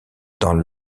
dans